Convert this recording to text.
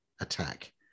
attack